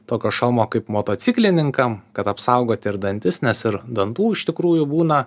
tokio šalmo kaip motociklininkam kad apsaugoti ir dantis nes ir dantų iš tikrųjų būna